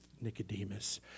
Nicodemus